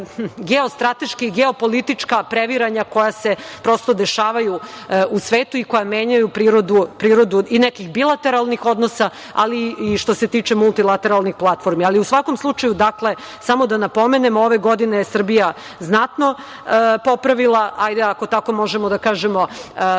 geostrateška, geopolitička previranja koja se dešavaju u svetu i koja menjaju prirodu i nekih bilateralnih odnosa, ali i što se tiče multilateralnih platformi.U svakom slučaju samo da napomenem ove godine je Srbija znatno popravila, ajde ako tako možemo da kažemo,